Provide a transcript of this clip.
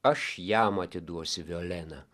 aš jam atiduosiu violeną